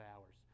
hours